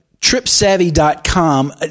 tripsavvy.com